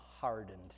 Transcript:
hardened